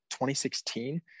2016